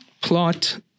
plot